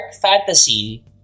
fantasy